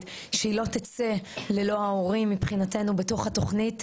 שהיא לא תצא ללא ההורים מבחינתנו בתוך התוכנית,